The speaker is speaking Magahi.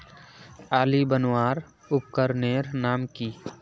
आली बनवार उपकरनेर नाम की?